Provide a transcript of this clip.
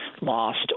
lost